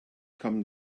come